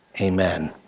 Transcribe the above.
amen